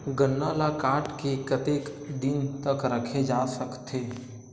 गन्ना ल काट के कतेक दिन तक रखे जा सकथे?